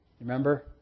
Remember